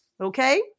Okay